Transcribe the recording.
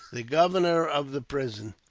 the governor of the prison,